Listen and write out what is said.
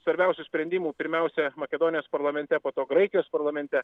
svarbiausių sprendimų pirmiausia makedonijos parlamente po to graikijos parlamente